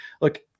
Look